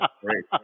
great